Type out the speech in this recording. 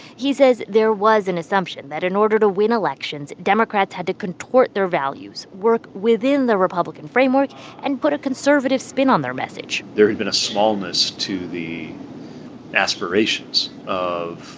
he says there was an assumption that in order to win elections, democrats had to contort their values, work within the republican framework and put a conservative spin on their message there had been a smallness to the aspirations of,